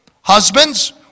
Husbands